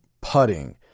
putting